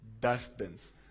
dustbins